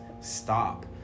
stop